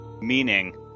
meaning